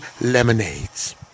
lemonades